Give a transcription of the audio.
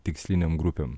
tikslinėm grupėm